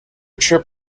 trip